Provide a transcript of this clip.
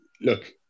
look